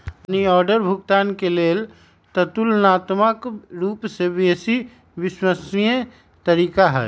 money order भुगतान के लेल ततुलनात्मक रूपसे बेशी विश्वसनीय तरीका हइ